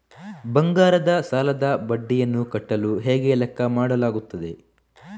ಬಂಗಾರದ ಸಾಲದ ಬಡ್ಡಿಯನ್ನು ಕಟ್ಟಲು ಹೇಗೆ ಲೆಕ್ಕ ಮಾಡಲಾಗುತ್ತದೆ?